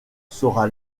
sera